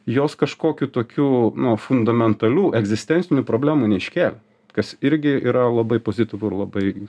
jos kažkokių tokių nu fundamentalių egzistencinių problemų neiškėlė kas irgi yra labai pozityvu ir labai